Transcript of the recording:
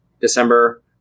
December